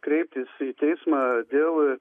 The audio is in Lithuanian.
kreiptis į teismą dėl